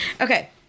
Okay